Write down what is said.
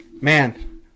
Man